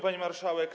Pani Marszałek!